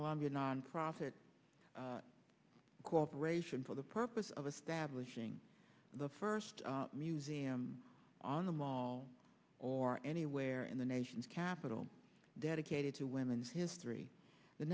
columbia nonprofit corporation for the purpose of establishing the first museum on the mall or anywhere in the nation's capital dedicated to women's history the